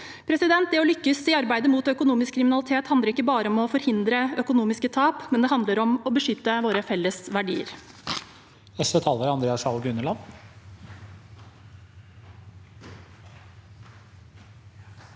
konstruktivt. Å lykkes i arbeidet mot økonomisk kriminalitet handler ikke bare om å forhindre økonomiske tap. Det handler om å beskytte våre felles verdier.